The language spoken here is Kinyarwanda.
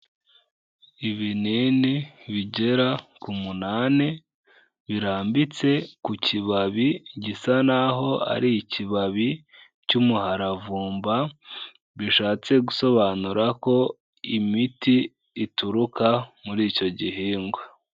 Ibinini bigera ku munani birambitse ku kibabi gisa naho ari ikibabi cy'umuharavumba, bishatse gusobanura ko imiti ituruka muri icyo gihingwa.